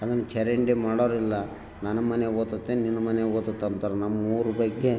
ಅದನ್ನು ಚರಂಡಿ ಮಾಡೋರಿಲ್ಲ ನನ್ನ ಮನೆ ಒತ್ತತೆ ನಿನ್ನ ಮನೆ ಒತ್ತತ ಅಂತಾರ್ ನಮ್ಮೂರು ಪೈಕಿ